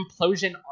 Implosion